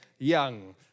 Young